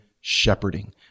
shepherding